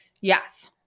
yes